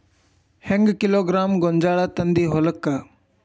ಹೆಂಗ್ ಕಿಲೋಗ್ರಾಂ ಗೋಂಜಾಳ ತಂದಿ ಹೊಲಕ್ಕ?